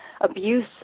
abuse